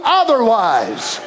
otherwise